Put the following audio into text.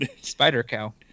Spider-Cow